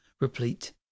replete